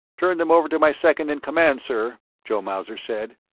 turned them over to my second in command, sir, joe mauser said.